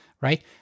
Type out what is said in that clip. Right